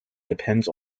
depends